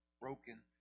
Broken